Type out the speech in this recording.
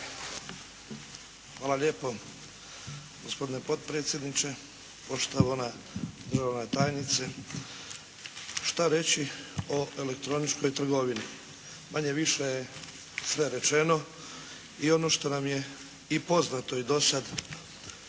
Hvala lijepo. Gospodine potpredsjedniče, poštovana državna tajnice. Šta reći o elektroničkoj trgovini? Manje-više je sve rečeno i ono što nam je i poznato i do sada